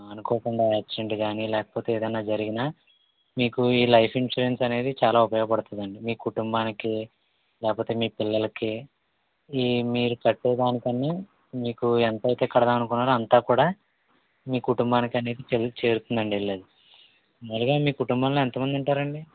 అనుకోకుండా ఆక్సిడెంట్ కానీ లేకపోతే ఏదైనా జరిగినా మీకు ఈ లైఫ్ ఇన్సూరెన్స్ అనేది చాలా ఉపయోగ పడుతుందండి మీ కుటుంబానికి లేకపోతే మీ పిల్లలకి ఈ మీరు కట్టేదానికన్నా మీకు ఎంతైతే కడదాం అనుకున్నారో అంతా కూడా మీ కుటుంబానికి అనేది తిరిగి చేరుతుందండీ అది వెళ్ళది మాములుగా మీ కుటుంబంలో ఎంత మంది ఉంటారండీ